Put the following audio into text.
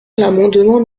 l’amendement